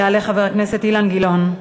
יעלה חבר הכנסת אילן גילאון.